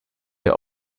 hier